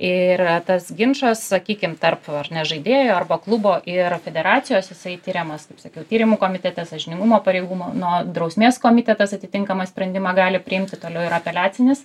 ir tas ginčas sakykim tarp ar ne žaidėjų arba klubo ir federacijos jisai tiriamas kaip sakiau tyrimų komitete sąžiningumo pareigūnų na o drausmės komitetas atitinkamą sprendimą gali priimti toliau ir apeliacinis